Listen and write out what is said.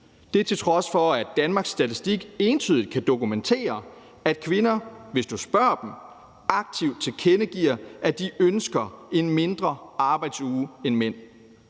deltid, til trods for at Danmarks Statistik entydigt kan dokumentere, at kvinder, hvis du spørger dem, aktivt tilkendegiver, at de ønsker en kortere arbejdsuge end mænd.